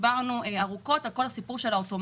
דיברנו ארוכות על כל הסיפור של האוטומציה,